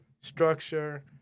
structure